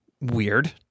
weird